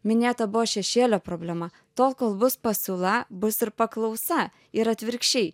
minėta buvo šešėlio problema tol kol bus pasiūla bus ir paklausa ir atvirkščiai